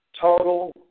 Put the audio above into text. total